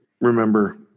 remember